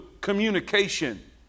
communication